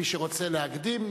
מי שרוצה להקדים,